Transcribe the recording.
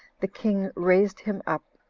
the king raised him up,